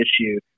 issue